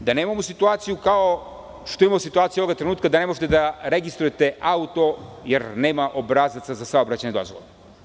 Da nemamo situaciju kao što imamo situaciju ovog trenutka da ne možete da registrujete auto jer nema obrazaca za saobraćajne dozvole.